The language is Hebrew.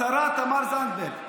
השרה תמר זנדברג.